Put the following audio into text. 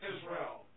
Israel